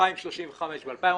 ב-2035 או ב-2045,